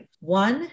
One